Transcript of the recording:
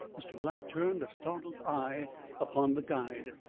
mr. black turned a startled eye upon the guide.